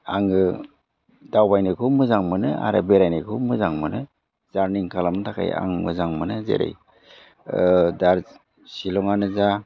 आङो दावबायनायखौ मोजां मोनो आरो बेरायनायखौबो मोजां मोनो जारनि खालामनो थाखाय आं मोजां मोनो जेरै शिलङानो जा